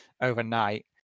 overnight